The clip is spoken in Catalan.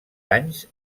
anys